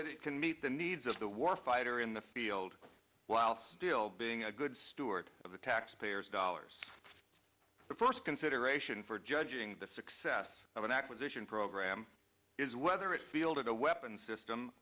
that it can meet the needs of the war fighter in the field while still being a good steward of the taxpayers dollars the first consideration for judging the success of an acquisition program is whether it fielded a weapons system